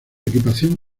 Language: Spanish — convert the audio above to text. equipación